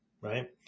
right